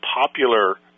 popular